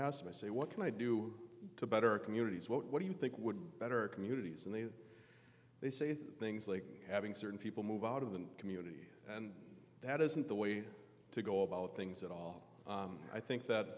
asked my say what can i do to better our communities what do you think would be better communities and they they say things like having certain people move out of the community and that isn't the way to go about things at all i think that